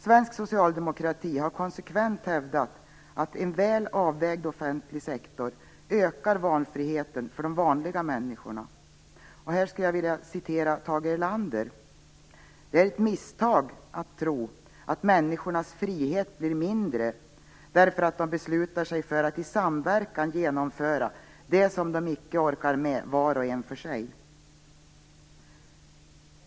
Svensk socialdemokrati har konsekvent hävdat att en väl avvägd offentlig sektor ökar valfriheten för de vanliga människorna. Här skulle jag vilja citera Tage Erlander, som uttryckte sig på följande sätt: "Det är ett misstag att tro att människornas frihet blir mindre därför att de beslutar sig för att i samverkan genomföra det som de icke orkar med var för sig."